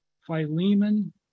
Philemon